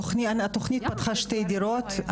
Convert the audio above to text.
התוכנית פתחה שתי דירות.